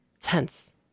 tense